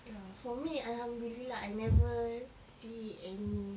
ya for me alhamdulillah I never see any